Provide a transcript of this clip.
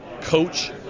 coach